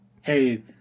hey